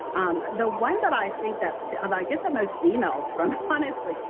um the one that i think that and i get the most emails from, honestly,